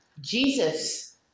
Jesus